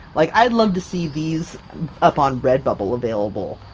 like, i'd love to see these up on redbubble available!